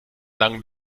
langen